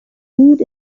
food